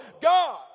God